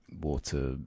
water